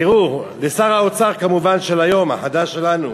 לשר האוצר, כמובן, של היום, החדש שלנו,